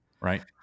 right